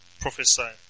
prophesy